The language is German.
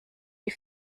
die